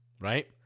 right